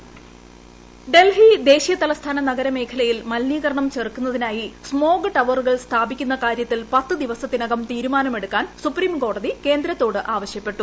voice Delhi ദേശീയ തലസ്ഥാന നഗര മേഖലയിൽ മലിനീകരണം ചെറുക്കുന്നതിനായി സ്മോഗ് ടവറുകൾ സ്ഥാപിക്കുന്ന കാര്യത്തിൽ പത്ത് ദിവസത്തിനകം തീരുമാനം എടുക്കാൻ സുപ്രീം കോടതി കേന്ദ്രത്തോട് ആവശ്യപ്പെട്ടു